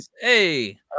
Hey